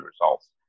results